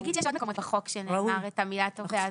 אני אגיד שיש עוד מקומות בחוק שנאמרת המילה תובע,